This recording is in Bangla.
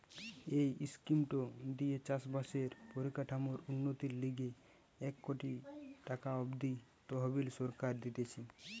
এই স্কিমটো দিয়ে চাষ বাসের পরিকাঠামোর উন্নতির লিগে এক কোটি টাকা অব্দি তহবিল সরকার দিতেছে